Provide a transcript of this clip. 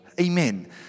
Amen